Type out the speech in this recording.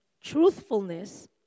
truthfulness